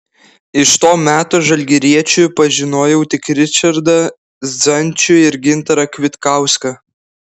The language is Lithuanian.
iš to meto žalgiriečių pažinojau tik ričardą zdančių ir gintarą kvitkauską